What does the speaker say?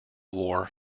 war